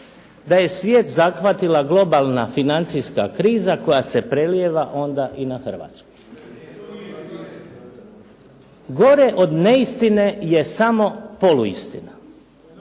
da je svijet zahvatila globalna financijska kriza koja se prelijeva onda i na Hrvatsku. Gore od neistine je samo poluistina,